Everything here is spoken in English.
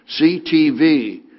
CTV